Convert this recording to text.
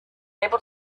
able